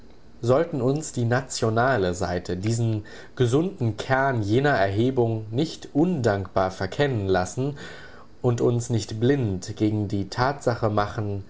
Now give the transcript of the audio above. sollten uns die nationale seite diesen gesunden kern jener erhebung nicht undankbar verkennen lassen und uns nicht blind gegen die tatsache machen